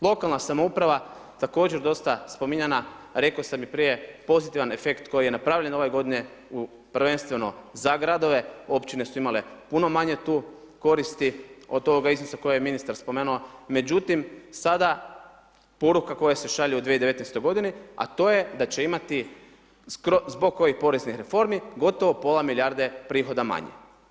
Lokalna samouprava također dosta spominjana, rekao sam i prije, pozitivan efekt koji je napravljen ove godine, u prvenstveno za gradove, općine su imale puno manje tu koristi od toga iznosa koje je ministar spomenuo, međutim sada poruka koja se šalje u 2019. godini, a to je da će imati zbog ovih poreznih reformi gotovo pola milijarde prihoda manje.